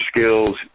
skills